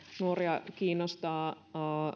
nuoria kiinnostavat